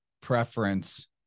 preference